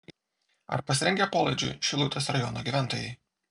ar pasirengę polaidžiui šilutės rajono gyventojai